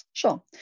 Sure